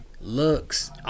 Looks